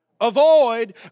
Avoid